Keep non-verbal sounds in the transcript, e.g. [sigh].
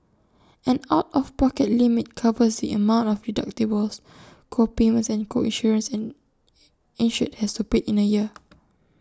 an out of pocket limit covers the amount of deductibles co payments and co insurance an insured has to pay in A year [noise]